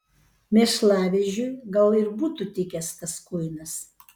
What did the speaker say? mėšlavežiui gal ir būtų tikęs tas kuinas